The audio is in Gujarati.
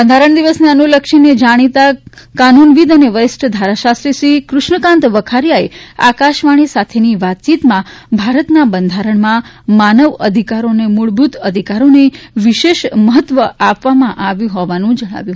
બંધારણ દિવસને અનુલક્ષીને જાણીતા કાનૂન વિદ્દ અને વરિષ્ઠ ધારાશાસ્ત્રી શ્રી કૃષ્ણકાંત વખારીયાએ આકાશવાણી સાથેની વાતચીતમાં ભારતના બંધારણમાં માનવ અધિકારો અને મૂળભૂત અધિકારોને વિશેષ મહત્વ આપવામાં આવ્યું હોવાનું જણાવ્યું